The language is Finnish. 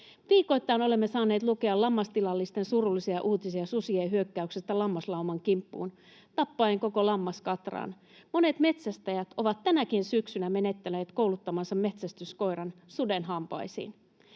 Viikoittain olemme saaneet lukea lammastilallisten surullisia uutisia susien hyökkäyksestä lammaslauman kimppuun tappaen koko lammaskatraan. Monet metsästäjät ovat tänäkin syksynä menettäneet kouluttamansa metsästyskoiran suden hampaisiin.